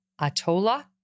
Atola